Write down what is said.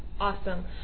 awesome